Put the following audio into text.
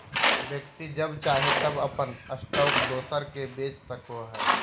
व्यक्ति जब चाहे तब अपन स्टॉक दोसर के बेच सको हइ